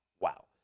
wow